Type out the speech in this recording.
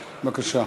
בבקשה.